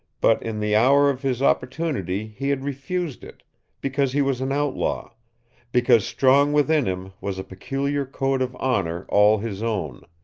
but in the hour of his opportunity he had refused it because he was an outlaw because strong within him was a peculiar code of honor all his own.